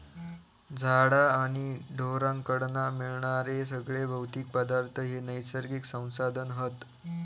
झाडा आणि ढोरांकडना मिळणारे सगळे भौतिक पदार्थ हे नैसर्गिक संसाधन हत